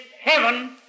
heaven